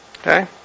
Okay